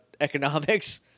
economics